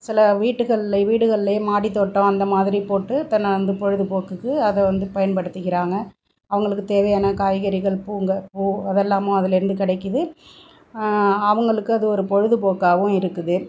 சில வீட்டுகளில் வீடுகள்லையே மாடித்தோட்டம் அந்தமாதிரி போட்டு தன்னை வந்து பொழுதுபோக்குக்கு அதை வந்து பயன்படுத்திக்கிறாங்க அவங்களுக்கு தேவையான காய்கறிகள் பூங்கள் பூ அதெல்லாமும் அதுலிருந்து கிடைக்கிது அவர்களுக்கு அது ஒரு பொழுதுபோக்காகவும் இருக்குது